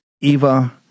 Eva